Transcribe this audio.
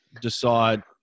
decide